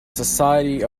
society